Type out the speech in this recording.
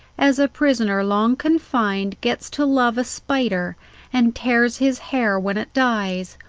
as a prisoner long confined gets to love a spider and tears his hair when it dies,